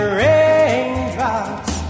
raindrops